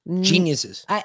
geniuses